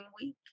week